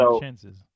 chances